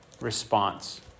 response